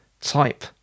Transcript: type